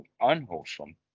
unwholesome